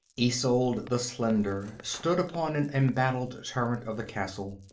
isolde the slender stood upon an embattled turret of the castle.